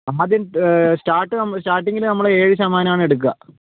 ആദ്യം സ്റ്റാർട്ട് നമ്മള് സ്റ്റാർട്ടിങ് നമ്മള് ഏഴ് ശതമാനാണ് എടുക്കുക